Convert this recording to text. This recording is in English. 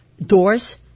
Doors